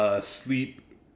sleep